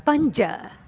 पंज